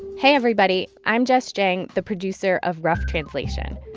hey everybody, i'm jess jiang, the producer of rough translation.